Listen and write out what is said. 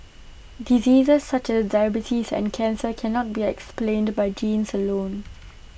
diseases such as diabetes and cancer cannot be explained by genes alone